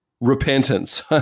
repentance